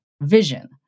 vision